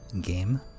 Game